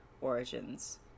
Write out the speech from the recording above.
Origins